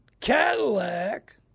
Cadillac